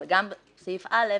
אבל גם את סעיף (א),